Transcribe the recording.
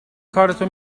کارتو